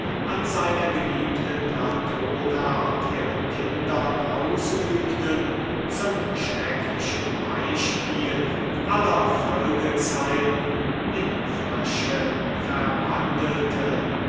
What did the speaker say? an seiner geliebten latona und ihren kindern ausübten zum schrecklichen beispiel aller folgezeiten in frösche verwandelte